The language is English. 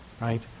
Right